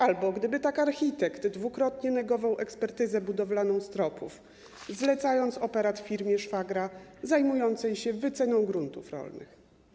Albo gdyby tak architekt dwukrotnie negował ekspertyzę budowlaną stropów, zlecając operat firmie szwagra zajmującej się wyceną gruntów rolnych?